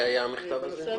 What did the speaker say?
מתי היה המכתב הזה?